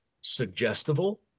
suggestible